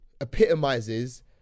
epitomizes